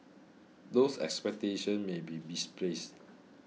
those expectations may be misplaced